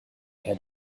had